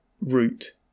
root